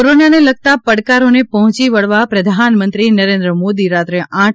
કોરોનાને લગતા પડકારોને પર્હોંચી વળવા પ્રધાનમંત્રી નરેન્દ્ર મોદી રાત્રે આઠ